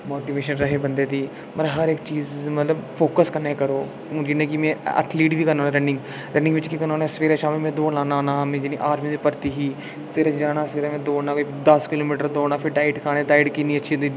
motivation रहे बंदे दी हर इक चीज़ बंदे दी जिनें गी में ऐथलैिकट बी करना ते रन्निंग बिच्च के करना होन्नां सबेरे शामी में दौड़ लान्ना होन्नां आर्मी दी भर्थी ही फिर जाना में दौड़ना में कोई दस किलो मिटर दौड़ना फिर डाइट खानी